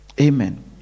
Amen